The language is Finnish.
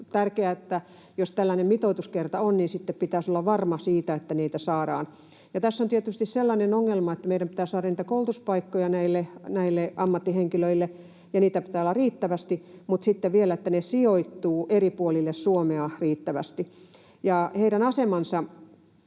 tärkeää, että jos tällainen mitoitus kerta on, niin sitten pitäisi olla varma siitä, että niitä saadaan. Tässä on tietysti sellainen ongelma, että meidän pitää saada niitä koulutuspaikkoja näille ammattihenkilöille ja niitä pitää olla riittävästi, mutta sitten vielä, että ne sijoittuvat eri puolille Suomea riittävästi. Ja heidän asemansa